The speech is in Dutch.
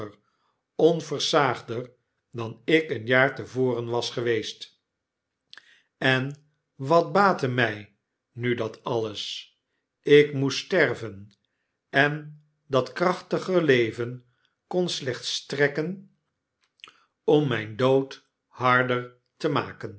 onversaagder dan ik een jaar te voren was geweest en wat baatte my nu dat alles ik moest sterven en dat krachtiger leven kon slechts strekken om myn dood harder te maken